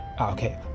okay